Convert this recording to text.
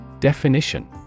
Definition